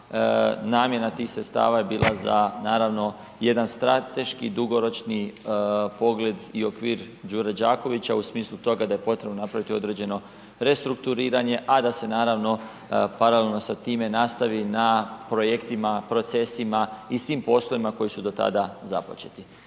namjena tih sredstava je bila za naravno jedan strateški dugoročni pogled i okvir Đure Đakovića u smislu toga da je potrebno napraviti određeno restrukturiranje a da se naravno paralelno sa time nastavi na projektima, procesima i svim poslovima koji su do tada započeti.